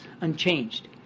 unchanged